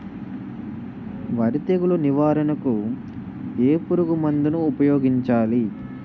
వరి తెగుల నివారణకు ఏ పురుగు మందు ను ఊపాయోగించలి?